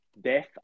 death